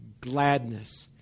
gladness